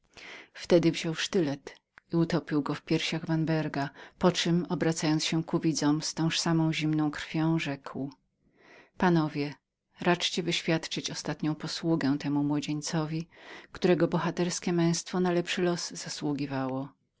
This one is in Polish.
wtedy wziął sztylet i utopił go w piersiach vanberga po czem obracając się ku widzom z tąż samą zimną krwią rzekł panowie raczcie wyświadczyć ostatnią posługę temu młodzieńcowi którego bohaterskie męztwo na lepszy los zasługiwało